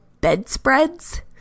bedspreads